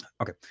Okay